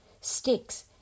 sticks